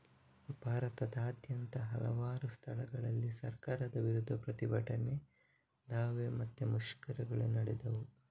ಭಾರತದಾದ್ಯಂತ ಹಲವಾರು ಸ್ಥಳಗಳಲ್ಲಿ ಸರ್ಕಾರದ ವಿರುದ್ಧ ಪ್ರತಿಭಟನೆ, ದಾವೆ ಮತ್ತೆ ಮುಷ್ಕರಗಳು ನಡೆದವು